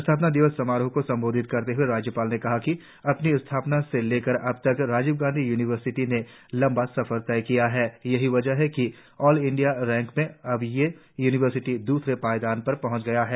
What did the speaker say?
स्थापना दिवस समारोह को संबोधित करते हुए राज्यपाल ने कहा कि अपनी स्थापना से लेकर अब तक राजीव गांधी यूनिवार्सिटी ने लंबा सफर तय किया है यहीं वजह है कि ऑल इंडिया रैंक में अब ये यूनिवार्सिटी द्रसरे पायदान पर पहुंच गई है